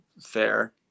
fair